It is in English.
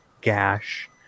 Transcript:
gash